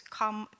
come